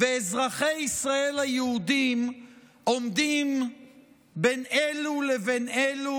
ואזרחי ישראל היהודים עומדים בין אלו לבין אלו